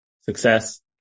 success